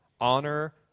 Honor